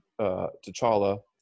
T'Challa